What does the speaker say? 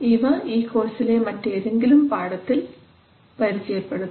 ഇവ ഈ കോഴ്സിലെ മറ്റേതെങ്കിലും പാഠത്തിൽ പരിചയപ്പെടുത്താം